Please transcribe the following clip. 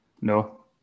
No